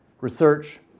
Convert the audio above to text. Research